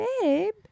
Babe